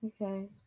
Okay